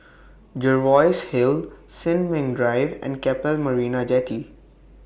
Jervois Hill Sin Ming Drive and Keppel Marina Jetty